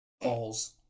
Balls